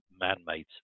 man-made